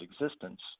existence